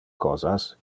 cosas